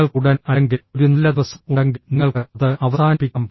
നിങ്ങൾക്ക് ഉടൻ അല്ലെങ്കിൽ ഒരു നല്ല ദിവസം ഉണ്ടെങ്കിൽ നിങ്ങൾക്ക് അത് അവസാനിപ്പിക്കാം